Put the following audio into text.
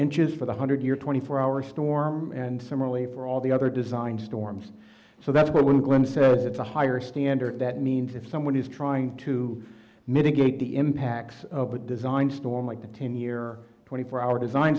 inches for the hundred year twenty four hour storm and similarly for all the other design storms so that's why when glenn says it's a higher standard that means if someone is trying to mitigate the impacts of a design storm like a ten year twenty four hour design